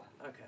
Okay